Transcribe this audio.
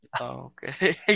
Okay